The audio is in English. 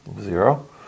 zero